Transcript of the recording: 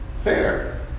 fair